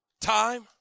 Time